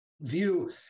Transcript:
view